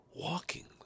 walking